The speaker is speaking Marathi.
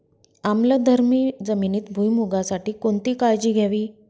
आम्लधर्मी जमिनीत भुईमूगासाठी कोणती काळजी घ्यावी?